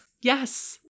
Yes